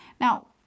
Now